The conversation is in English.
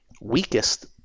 weakest